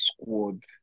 squad